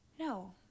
No